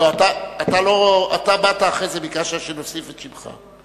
לא, אתה באת אחרי זה, ביקשת שנוסיף את שמך.